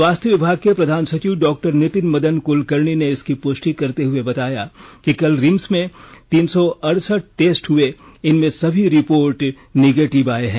स्वास्थ्य विभाग के प्रधान सचिव डॉक्टर नितिन मदन कुलकर्णी ने इसकी पुष्टि करते हुए बताया कि कल रिम्स में तीन सौ अड़सठ टेस्ट हुए इनमें सभी रिपोर्ट निगेटिव आये हैं